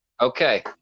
okay